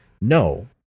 No